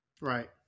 right